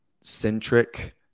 centric